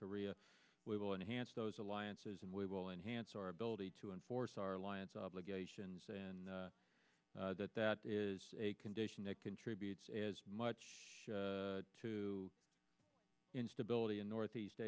korea we will enhance those alliances and we will enhance our ability to enforce our alliance obligations and that that is a condition that contributes as much to instability in northeast